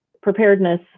preparedness